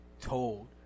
told